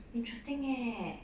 interesting eh